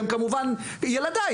שהם כמובן ילדיי,